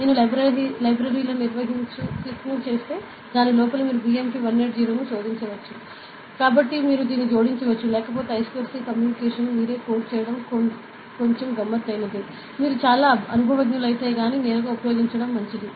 నేను లైబ్రరీలను నిర్వహించు క్లిక్ చేస్తే దాని లోపల మీరు BMP 180 ను శోధించవచ్చు కాబట్టి మీరు దీన్ని జోడించవచ్చు లేకపోతే I స్క్వేర్ C కమ్యూనికేషన్ను మీరే కోడ్ చేయడం కొంచెం గమ్మత్తైనది మీరు చాలా అనుభవజ్ఞులైతే నేరుగా ఉపయోగించడం మంచిది